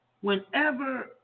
Whenever